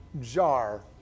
jar